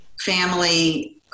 family